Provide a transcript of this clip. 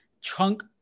chunk